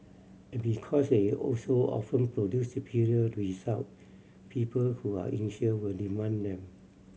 and because they also often produce superior result people who are insured will demand them